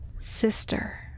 Sister